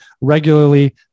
regularly